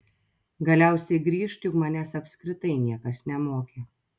galiausiai grįžt juk manęs apskritai niekas nemokė